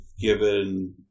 given